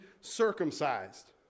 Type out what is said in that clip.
circumcised